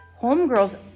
homegirls